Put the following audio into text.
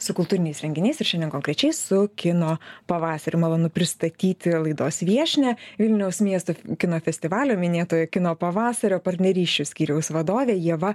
su kultūriniais renginiais ir šiandien konkrečiai su kino pavasariu malonu pristatyti laidos viešnią vilniaus miesto kino festivalio minėtojo kino pavasario partnerysčių skyriaus vadovė ieva